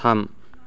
थाम